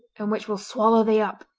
and which will swallow thee up!